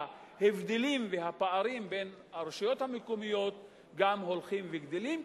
ההבדלים והפערים בין הרשויות המקומיות גם הולכים וגדלים,